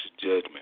judgment